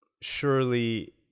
surely